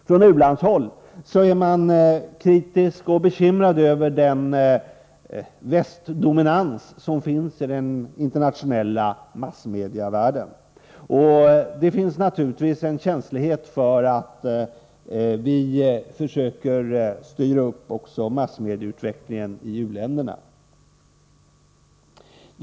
Från u-landshåll är man kritisk mot — och bekymrad över — den västdominans som råder i den internationella massmedievärlden. Det finns naturligtvis en känslighet för att vi försöker styra också massmedieutvecklingen i u-länderna.